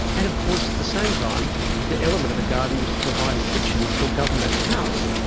and of course at the same time the element of the garden was to provide a kitchen for government house.